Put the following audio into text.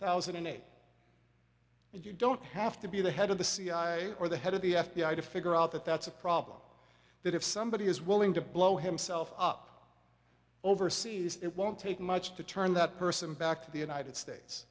thousand and eight and you don't have to be the head of the cia or the head of the f b i to figure out that that's a problem that if somebody is willing to blow himself up overseas it won't take much to turn that person back to the united states